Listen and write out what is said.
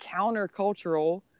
countercultural